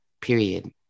period